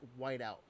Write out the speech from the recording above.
whiteout